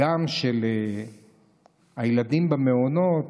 גם של הילדים במעונות,